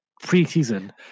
pre-season